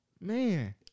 Man